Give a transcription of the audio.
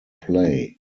play